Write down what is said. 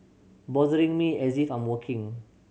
bothering me as if I'm working